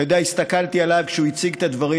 אתה יודע, הסתכלתי עליו כשהוא הציג את הדברים.